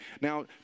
now